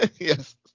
Yes